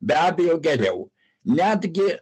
be abejo geriau netgi